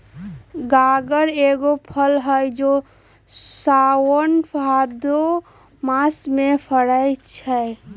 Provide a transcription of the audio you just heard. गागर एगो फल हइ जे साओन भादो मास में फरै छै